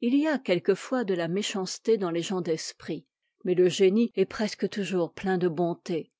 il y a quelquefois de la méchanceté dans les gens d'esprit mais le génie est presque toujours ptein de bonté